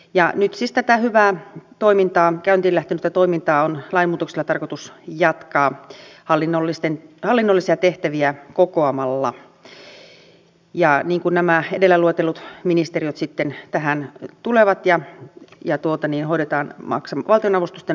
nyt siis tätä hyvää toimintaa käyntiin lähtenyttä toimintaa on lainmuutoksella tarkoitus jatkaa hallinnollisia tehtäviä kokoamalla ja nämä edellä luetellut ministeriöt sitten tähän tulevat ja hoidetaan valtionavustusten maksatusta